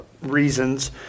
reasons